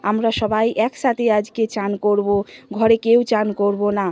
আমরা সবাই একসাথে আজকে চান করব ঘরে কেউ চান করব না